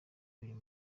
uyu